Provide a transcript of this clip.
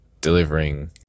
delivering